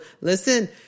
listen